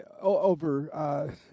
over